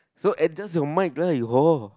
so adjust your mic lah you whore